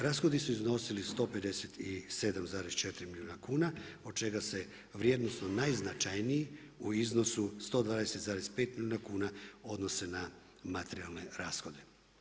Rashodi su iznosili 157,4 milijuna kuna od čega se vrijednosno najznačajniji u iznosu 120,5 milijuna kuna odnose na materijalne rashode.